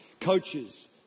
Coaches